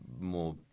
more